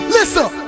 Listen